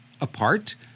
apart